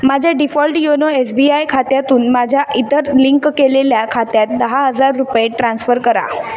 माझ्या default YONO S B I खात्यातून माझ्या इतर लिंक केलेल्या खात्यात दहा हजार रुपये ट्रान्स्फर करा